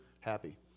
happy